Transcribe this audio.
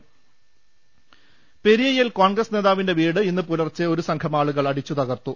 കാസർകോട് പെരിയയിൽ കോൺഗ്രസ് നേതാവിന്റെ വീട് ഇന്ന് പുലർച്ചെ ഒരുസംഘം ആളുകൾ അടിച്ചു തകർത്തു